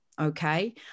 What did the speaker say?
Okay